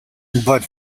but